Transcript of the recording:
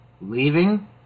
leaving